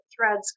threads